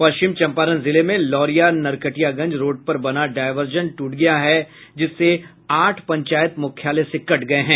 पश्चिम चंपारण जिले में लौरिया नरकटियागंज रोड पर बना डायवर्जन टूट गया है जिससे आठ पंचायत मुख्यालय से कट गये हैं